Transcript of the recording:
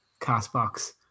CastBox